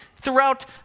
throughout